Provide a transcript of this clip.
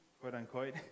quote-unquote